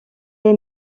est